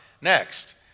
Next